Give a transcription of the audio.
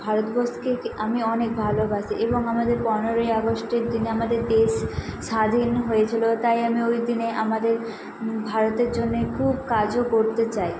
ভারতবর্ষকেকে আমি অনেক ভালোবাসি এবং আমি আমাদের পনেরই আগস্টের দিন আমাদের দেশ স্বাধীন হয়েছিলো তাই আমি ওই দিনে আমাদের ভারতের জন্যে খুব কাজও করতে চাই